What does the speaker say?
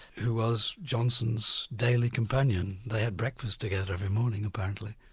who was johnson's daily companion. they had breakfast together every morning, apparently.